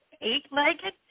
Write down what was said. eight-legged